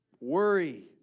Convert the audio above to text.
Worry